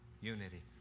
Unity